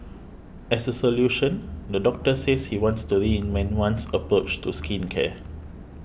as a solution the doctor says he wants to reinvent one's approach to skincare